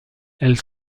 elles